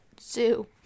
zoo